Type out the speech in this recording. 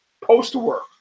post-work